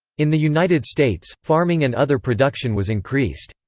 in the united states, farming and other production was increased.